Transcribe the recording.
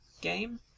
game